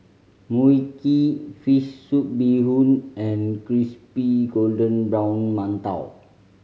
Mui Kee fish soup bee hoon and crispy golden brown mantou